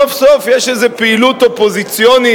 סוף-סוף יש איזו פעילות אופוזיציונית,